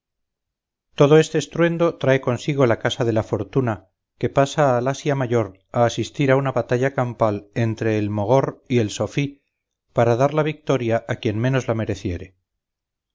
todo este estruendo trae consigo la casa de la fortuna que pasa al asia mayor a asistir a una batalla campal entre el mogor y el sofí para dar la victoria a quien menos la mereciere